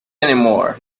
anymore